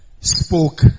spoke